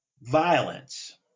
violence